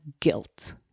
guilt